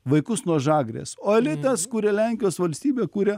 vaikus nuo žagrės o elitas kuria lenkijos valstybę kuria